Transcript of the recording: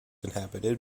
inhabited